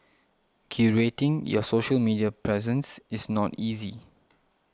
curating your social media presence is not easy